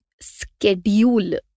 schedule